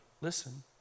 Listen